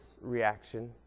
reaction